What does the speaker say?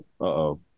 uh-oh